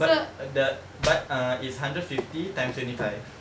but err the but uh it's hundred fifty times twenty five